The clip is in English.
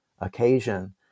occasion